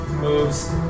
moves